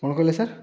କ'ଣ କହିଲେ ସାର୍